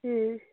ꯎꯝ